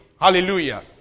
Hallelujah